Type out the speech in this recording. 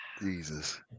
Jesus